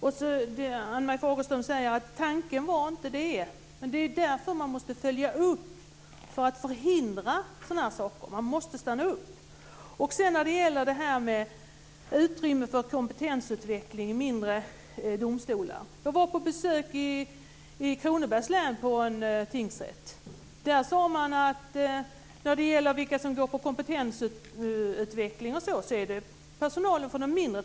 Ann-Marie Fagerström säger att det inte var tanken. Men det är ju därför man måste följa upp detta. Det är för att förhindra sådana här saker som man måste stanna upp. Så till detta med utrymme för kompetensutveckling i mindre domstolar. Jag var på besök på en tingsrätt i Kronobergs län. Där sade man att det är personalen från de mindre tingsrätterna som går på kompetensutveckling.